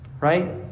Right